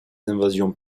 invasions